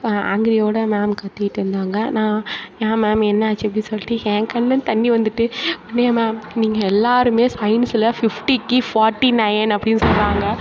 ஆ ஆங்கிரியோடு மேம் கத்திட்டு இருந்தாங்க நான் ஏன் மேம் என்னாச்சுன்னு சொல்லிட்டு என் கண்ணுலேருந்து தண்ணி வந்துட்டு உடனே மேம் நீங்கள் எல்லாேருமே சயின்ஸ்சில் பிஃடிக்கு ஃபாட்டி நயன் அப்படின்னு சொல்கிறாங்க